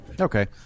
Okay